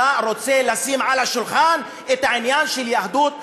אתה רוצה לשים על השולחן את העניין של יהדות המדינה.